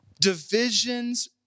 Divisions